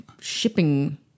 shipping